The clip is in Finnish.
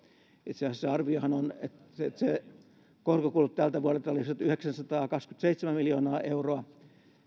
itse asiassa arviohan on että korkokulut tältä vuodelta olisivat yhdeksänsataakaksikymmentäseitsemän miljoonaa euroa ja